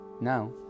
Now